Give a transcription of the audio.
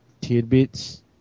tidbits